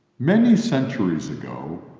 many centuries ago,